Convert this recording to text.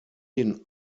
den